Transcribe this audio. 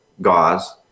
gauze